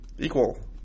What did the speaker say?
Equal